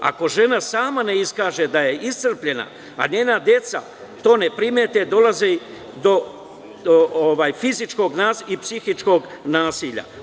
Ako žena sama ne iskaže da je iscrpljena, a njena deca to ne primete, dolazi do fizičkog i psihičkog nasilja.